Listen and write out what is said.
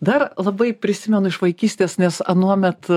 dar labai prisimenu iš vaikystės nes anuomet